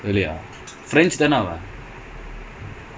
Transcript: like ya ya french